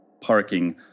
parking